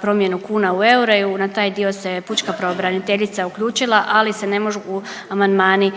promjenu kuna u eure i na taj dio se je pučka pravobraniteljica uključila, ali se ne mogu amandmani